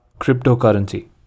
Cryptocurrency